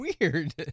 Weird